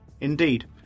Indeed